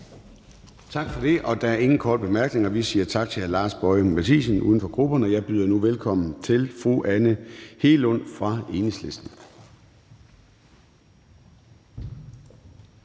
Tak for det. Der er ingen korte bemærkninger. Vi siger tak til hr. Lars Boje Mathiesen, uden for grupperne. Jeg byder nu velkommen til fru Anne Hegelund fra Enhedslisten.